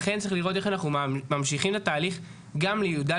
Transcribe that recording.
לכן צריך לראות איך אנחנו ממשיכים את התהליך גם לי"א